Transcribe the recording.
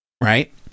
right